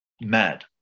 mad